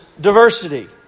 diversity